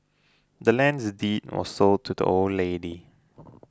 the land's deed was sold to the old lady